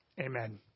Amen